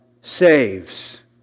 saves